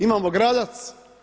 Imamo Gradac.